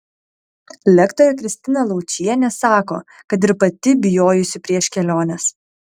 lektorė kristina laučienė sako kad ir pati bijojusi prieš keliones